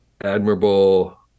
admirable